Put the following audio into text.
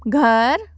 घर